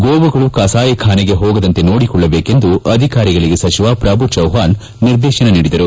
ಗೋವುಗಳು ಕಸಾಯಿಖಾನೆಗೆ ಹೋಗದಂತೆ ನೋಡಿಕೊಳ್ಳಬೇಕೆಂದು ಅಧಿಕಾರಿಗಳಿಗೆ ಸಚಿವ ಪ್ರಭು ಚವ್ವಾಣ್ ನಿರ್ದೇಶನ ನೀಡಿದರು